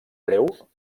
breu